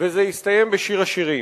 וזה יסתיים בשיר השירים.